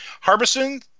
Harbison